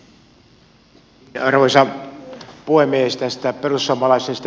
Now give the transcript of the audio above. tästä perussuomalaisten kannasta